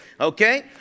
Okay